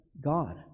God